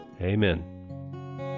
Amen